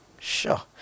Sure